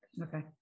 Okay